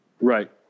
Right